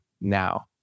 now